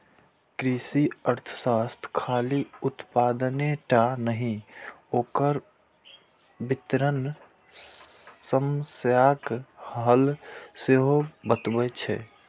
कृषि अर्थशास्त्र खाली उत्पादने टा नहि, ओकर वितरण समस्याक हल सेहो बतबै छै